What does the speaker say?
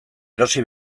erosi